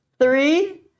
three